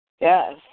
Yes